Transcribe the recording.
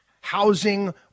housing